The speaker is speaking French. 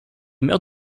mère